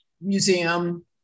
Museum